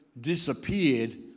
disappeared